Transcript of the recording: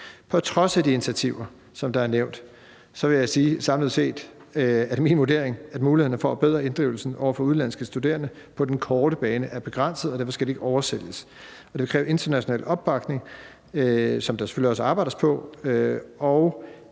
at det samlet set er min vurdering, at mulighederne for at bedre inddrivelsen over for udenlandske studerende på den korte bane er begrænset, og derfor skal det ikke oversælges. Det vil kræve international opbakning, som der selvfølgelig også arbejdes på,